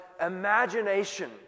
imagination